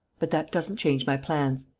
but that doesn't change my plans.